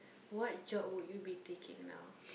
what job would you be taking now